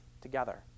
together